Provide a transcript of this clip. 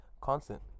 Constant